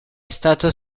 stato